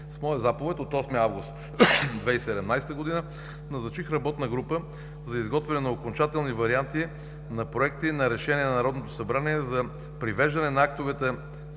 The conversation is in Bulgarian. С моя заповед от 8 август 2017 г. назначих Работна група за изготвяне на окончателни варианти на проекти и на решения на Народното събрание за привеждане на актовете за